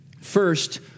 First